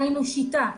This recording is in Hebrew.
היינו "שיטה",